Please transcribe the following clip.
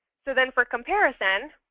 so then for comparison,